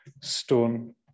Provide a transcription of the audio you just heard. stone